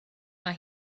mae